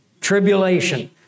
Tribulation